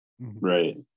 right